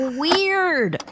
weird